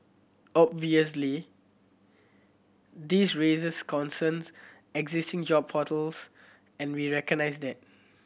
obviously this raises concerns existing job portals and we recognise that